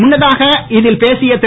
முன்னதாக இதில் பேசிய திரு